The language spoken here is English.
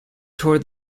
tore